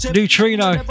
Neutrino